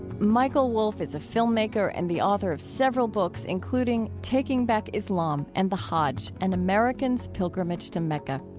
michael wolfe is a filmmaker and the author of several books, including taking back islam and the hadj an american's pilgrimage to mecca.